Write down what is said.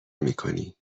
میکنی